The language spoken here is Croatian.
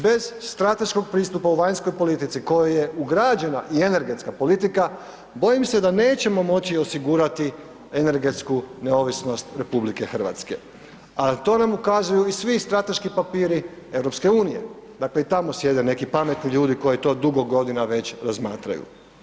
Bez strateškog pristupa u vanjskoj politici u koje je ugrađena i energetska politika bojim se da nećemo moći osigurati energetsku neovisnost RH, a na to nam ukazuju i svi strateški papiri EU, dakle i tamo sjede neki pametni ljudi koji to dugo godina već razmatraju.